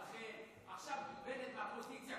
הכול התפוגג.